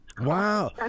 Wow